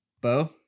Bo